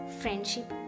friendship